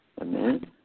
Amen